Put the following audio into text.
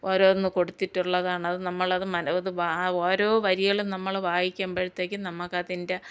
ഓരോന്ന് കൊടുത്തിട്ടുള്ളതാണത് അത് നമ്മളത് മന അത് ഓരോ വരികളും നമ്മൾ വായിക്കുമ്പോഴ്ത്തേക്ക് നമുക്കതിൻ്റെ